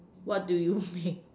what do you make